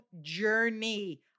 journey